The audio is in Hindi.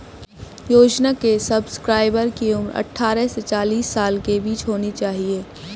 योजना के सब्सक्राइबर की उम्र अट्ठारह से चालीस साल के बीच होनी चाहिए